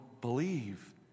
believe